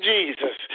Jesus